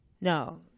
No